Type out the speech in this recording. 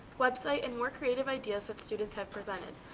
website and work creative ideas that students have presented.